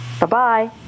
Bye-bye